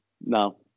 No